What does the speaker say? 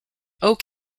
oak